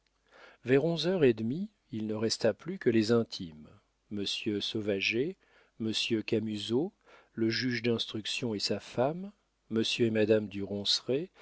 vers onze heures et demie il ne resta plus que les intimes monsieur sauvager monsieur camusot le juge d'instruction et sa femme monsieur et madame